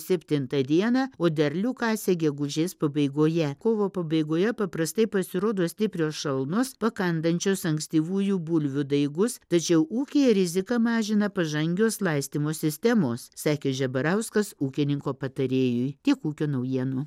septintą dieną o derlių kasė gegužės pabaigoje kovo pabaigoje paprastai pasirodo stiprios šalnos pakandančios ankstyvųjų bulvių daigus tačiau ūkyje riziką mažina pažangios laistymo sistemos sakė žebarauskas ūkininko patarėjui tiek ūkio naujienų